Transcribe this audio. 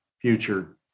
future